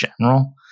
general